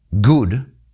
good